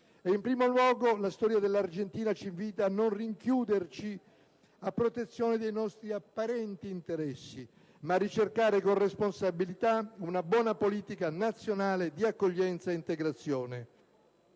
In primo luogo la storia dell'Argentina ci invita a non richiuderci a protezione dei nostri apparenti interessi, ma a ricercare con responsabilità una buona politica nazionale di accoglienza e integrazione.